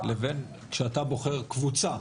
לבין כשאתה בוחר קבוצה.